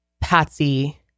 Patsy